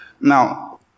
Now